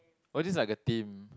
we're just like a team